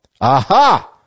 Aha